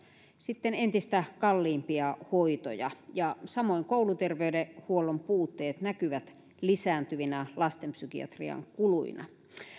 sitten entistä kalliimpia hoitoja samoin kouluterveydenhuollon puutteet näkyvät lisääntyvinä lastenpsykiatrian kuluina